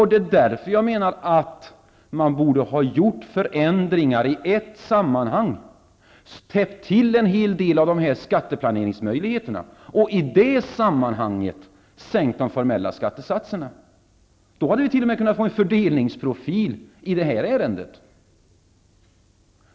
Det är därför jag menar att man borde ha gjort förändringar i ett sammanhang och täppt till en hel del av skatteplaneringsmöjligheterna. I det sammanhanget borde man ha sänkt de formella skattesatserna. Då hade vi t.o.m. kunnat få en fördelningsprofil i det här ärendet.